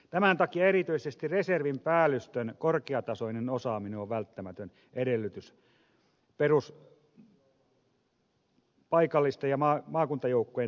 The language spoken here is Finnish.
tämän takia erityisesti reservin päällystön korkeatasoinen osaaminen on välttämätön edellytys paikallisten ja maakuntajoukkojen toiminnalle